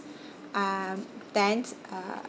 um then uh